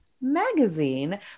magazine